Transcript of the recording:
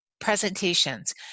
presentations